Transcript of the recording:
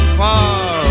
far